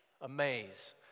Amaze